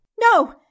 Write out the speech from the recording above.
No